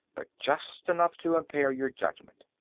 but just enough to impair your judgment.